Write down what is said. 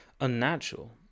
unnatural